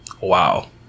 Wow